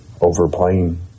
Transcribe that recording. overplaying